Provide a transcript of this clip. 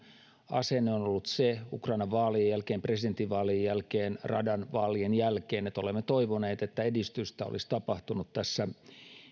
asenne on on ollut ukrainan presidentinvaalien jälkeen ja radan vaalien jälkeen se että olemme toivoneet että edistystä olisi tapahtunut